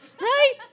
right